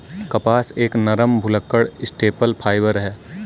कपास एक नरम, भुलक्कड़ स्टेपल फाइबर है